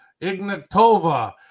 Ignatova